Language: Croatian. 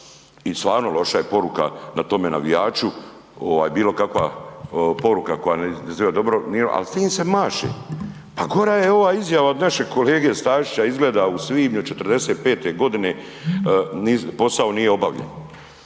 i stvarno loša je poruka na tome navijaču ovaj bilo kakva poruka koja ne izaziva dobro, ali s tim se maše. Pa gora je ova izjava od našeg kolege Stazića izgleda u svibnju '45. godine posao nije obavljen.